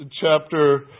chapter